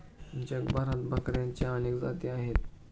जगभरात बकऱ्यांच्या अनेक जाती आहेत